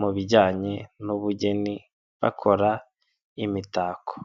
mu bijyanye n'ubugeni bakora imitako.